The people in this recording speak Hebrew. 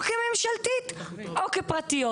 או כממשלתית, או כפרטיות.